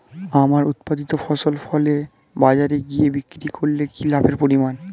আমার উৎপাদিত ফসল ফলে বাজারে গিয়ে বিক্রি করলে কি লাভের পরিমাণ?